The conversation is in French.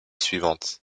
suivantes